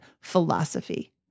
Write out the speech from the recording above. philosophy